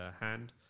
hand